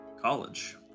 college